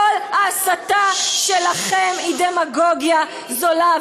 כל ההסתה שלכם היא דמגוגיה זולה,